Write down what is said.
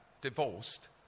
divorced